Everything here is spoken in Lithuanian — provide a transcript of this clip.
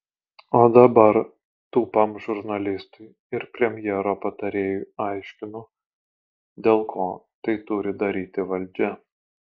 o dabar tūpam žurnalistui ir premjero patarėjui aiškinu dėl ko tai turi daryti valdžia